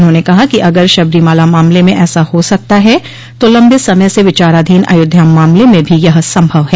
उन्होंने कहा कि अगर शबरीमाला मामले में ऐसा हो सकता है तो लंबे समय से विचाराधीन अयोध्या मामले में भी यह संभव है